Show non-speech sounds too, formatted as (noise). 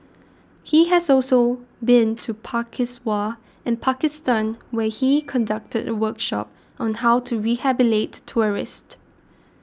he has also been to (unintelligible) in Pakistan where he conducted a workshop on how to rehabilitate tourist